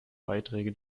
beiträge